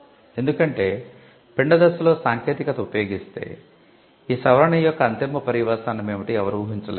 ఎందుకంటే పిండ దశలో సాంకేతికత ఉపయోగిస్తే ఈ సవరణ యొక్క అంతిమ పర్యవసానం ఏమిటో ఎవరూ ఊహించలేరు